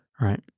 right